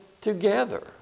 together